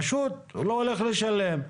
פשוט הוא לא הולך לשלם.